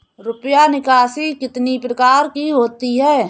रुपया निकासी कितनी प्रकार की होती है?